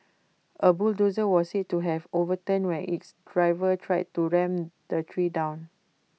A bulldozer was said to have overturned when its driver tried to ram the tree down